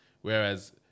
Whereas